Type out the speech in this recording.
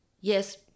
Yes